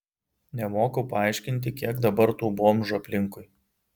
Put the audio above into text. nemoku paaiškinti kiek dabar tų bomžų aplinkui